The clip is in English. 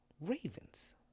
Ravens